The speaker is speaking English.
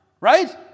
right